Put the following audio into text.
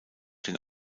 den